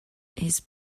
his